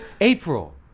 April